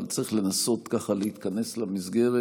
אבל צריך לנסות ככה להתכנס למסגרת